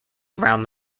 around